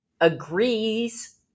agrees